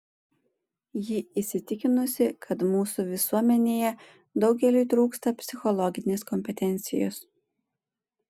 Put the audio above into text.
ji įsitikinusi kad mūsų visuomenėje daugeliui trūksta psichologinės kompetencijos